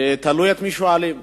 תלוי את מי שואלים.